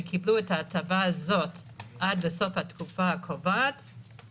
שקיבלו את ההטבה הזאת עד סוף התקופה הקובעת,